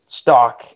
stock